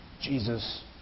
Jesus